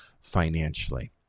financially